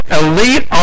elite